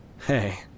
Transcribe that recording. Hey